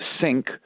sync